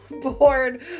bored